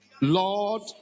Lord